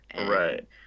Right